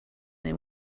they